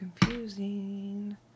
confusing